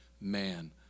man